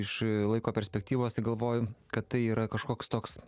iš laiko perspektyvos tai galvoju kad tai yra kažkoks toks